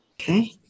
Okay